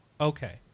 okay